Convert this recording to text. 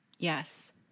Yes